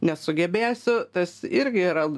nesugebėsiu tas irgi yra